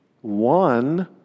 One